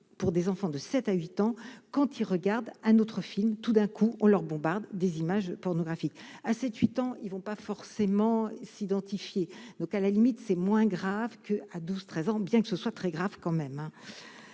pour des enfants de 7 à 8 ans quand il regarde un autre film, tout d'un coup on leur bombardent des images pornographiques à 7, 8 ans, ils ne vont pas forcément s'identifier, donc à la limite, c'est moins grave que à 12 13 ans, bien que ce soit très grave quand même,